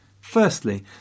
Firstly